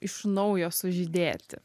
iš naujo sužydėti